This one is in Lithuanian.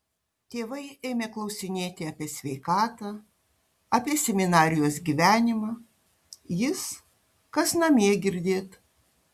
tėvai ėmė klausinėti apie sveikatą apie seminarijos gyvenimą jis kas namie girdėt